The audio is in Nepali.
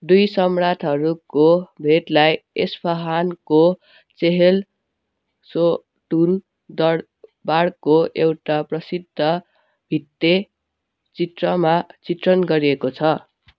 दुई सम्राटहरूको भेटलाई एस्फाहानको चेहेल सोतुन दरबारको एउटा प्रसिद्ध भित्तेचित्रमा चित्रण गरिएको छ